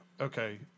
okay